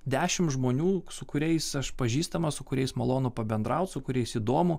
dešimt žmonių su kuriais aš pažįstamas su kuriais malonu pabendraut su kuriais įdomu